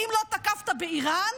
האם לא תקפת באיראן